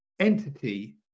entity